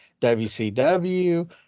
WCW